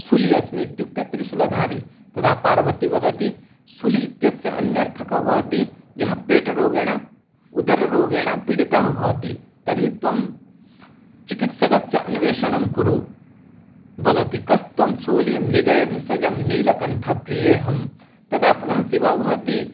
शूली अस्मि इत्युक्ते त्रिशूलधारी तदा पार्वती वदति शूली इत्यस्य अन्यार्थकः भवति यः पेट रोगेण उदररोगेण पीडितः भवति तर्हि त्वं चिकित्सकस्य अन्वेषणं कुरु वदति कस्त्वं शूलीं मृगयभेषजं नीलकण्ठप्रियेऽहं तदा पुनः शिवः भवति